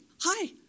Hi